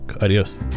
adios